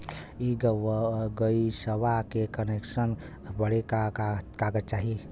इ गइसवा के कनेक्सन बड़े का का कागज चाही?